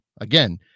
again